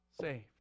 saved